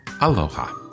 aloha